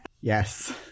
Yes